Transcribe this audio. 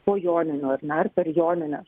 po joninių ar ne ar per jonines